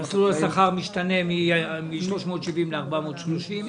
מסלול השכר משתנה מ-370 שקל ל-430 שקל.